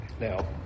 Now